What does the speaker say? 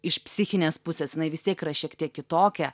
iš psichinės pusės jinai vis tiek yra šiek tiek kitokia